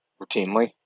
routinely